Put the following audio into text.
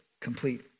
complete